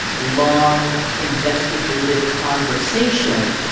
long investigative conversation.